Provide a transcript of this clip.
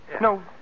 no